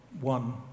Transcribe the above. one